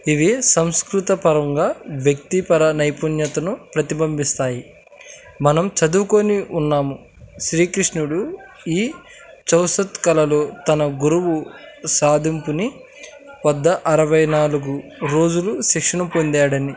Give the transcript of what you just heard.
ఇవి సంస్కృతపరంగా వ్యక్తిపర నైపుణ్యతను ప్రతిబింబిస్తాయి మనం చదువుకొని ఉన్నాము శ్రీకృష్ణుడు ఈ చౌసత్ కళలు తన గురువు సాధింపుని వద్ద అరవై నాలుగు రోజులు శిక్షణ పొందాడని